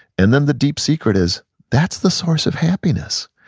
and then the deep secret is that's the source of happiness.